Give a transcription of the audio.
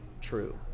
true